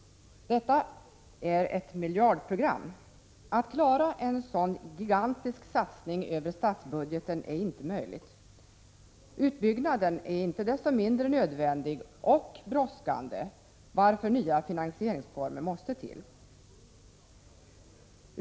Detta är ett miljardprogram. Att klara en sådan gigantisk satsning över statsbudgeten är inte möjligt. Utbyggnaden är icke desto mindre nödvändig och brådskande, varför nya finansieringsformer måste till.